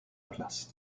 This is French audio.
place